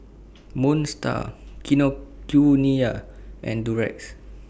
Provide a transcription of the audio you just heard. Moon STAR Kinokuniya and Durex